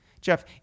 Jeff